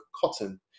cotton